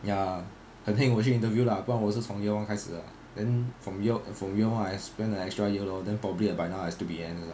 ya 很 heng 我去 interview lah 不然我是从 year one 开始 then from year from year one I spend an extra year lor then probably by now has to be end